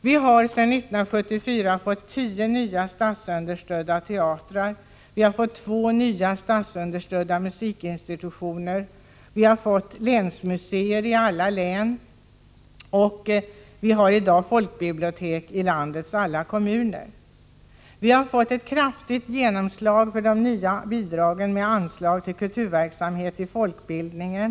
Vi har sedan 1974 fått tio nya statsunderstödda teatrar och två nya statsunderstödda musikinstitutioner. Vi har fått länsmuseer i alla län, och vi har i dag folkbibliotek i landets alla kommuner. Vi har fått ett kraftigt genomslag för de nya bidragen med anslag till kulturverksamhet i folkbildningen.